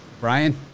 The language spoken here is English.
Brian